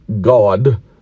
God